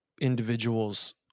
individuals